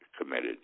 committed